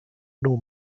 nor